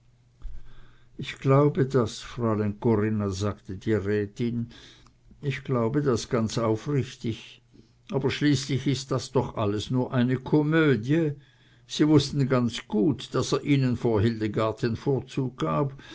ich glaube das fräulein corinna sagte die rätin ich glaube das ganz aufrichtig aber schließlich ist das alles doch nur eine komödie sie wußten ganz gut daß er ihnen vor hildegard den vorzug gab